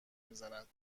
میزند